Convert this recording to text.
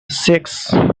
six